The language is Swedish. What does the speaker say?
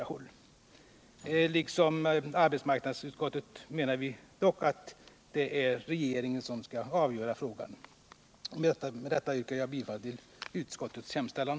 Vi menar, liksom arbetsmarknadsutskottet, att regeringen skall avgöra frågan. Med det sagda yrkar jag bifall till utskottets hemställan.